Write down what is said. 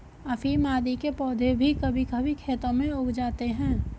अफीम आदि के पौधे भी कभी कभी खेतों में उग जाते हैं